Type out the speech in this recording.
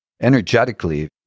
Energetically